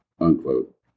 Unquote